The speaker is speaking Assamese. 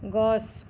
গছ